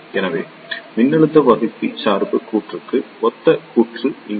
எனவே மின்னழுத்த வகுப்பி சார்பு சுற்றுக்கு ஒத்த சுற்று இங்கே